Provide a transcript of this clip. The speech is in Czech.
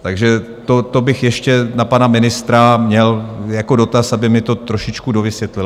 Takže to bych ještě na pana ministra měl jako dotaz, aby mi to trošičku dovysvětlil.